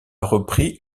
repris